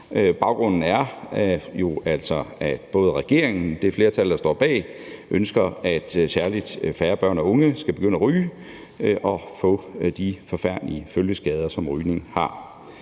Baggrunden er jo altså, at både regeringen og det flertal, der står bag, ønsker, at særlig færre børn og unge skal begynde at ryge og få de forfærdelige følgeskader, som rygning har.